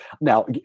Now